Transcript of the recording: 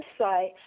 website